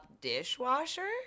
dishwasher